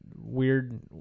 Weird